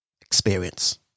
experience